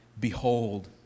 Behold